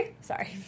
Sorry